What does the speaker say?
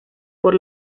por